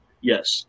Yes